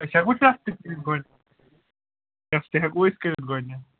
أسۍ ہٮ۪کو تتھ تیٖژ بٔڈ ٹٮ۪سٹ ہٮ۪کو أسۍ کٔرِتھ گۄڈنتھ